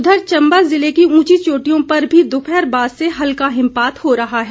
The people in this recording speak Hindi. उधर चम्बा ज़िले की ऊंची चोटियों पर भी दोपहर बाद से हल्का हिमपात हो रहा है